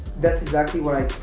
that's exactly what i